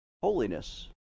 holiness